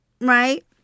right